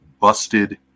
busted